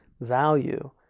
value